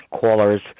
callers